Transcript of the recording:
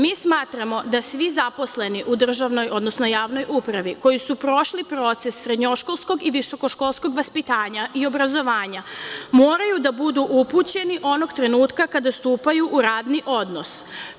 Mi smatramo da svi zaposleni u državnoj, odnosno javnoj upravi koji su prošli proces srednjoškolskog i visokoškolskog vaspitanja, obrazovanja, moraju da budu upućeni onog trenutka kada stupaju u radni odnos.